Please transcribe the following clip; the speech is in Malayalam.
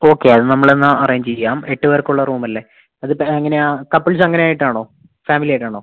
ഓക്കെ അത് നമ്മൾ എന്നാൽ അറേഞ്ച് ചെയ്യാം എട്ട് പേർക്കുള്ള റൂമല്ലേ അത് ഇപ്പം എങ്ങനെയാണ് കപ്പിൾസ് അങ്ങനെ ആയിട്ട് ആണോ ഫാമിലി ആയിട്ട് ആണോ